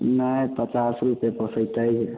नहि पचास रुपए पोसैतै